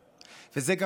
זה גרם לי לחשוב